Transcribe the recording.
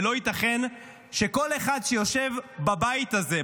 ולא ייתכן שכל אחד שיושב בבית הזה,